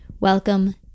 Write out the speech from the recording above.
Welcome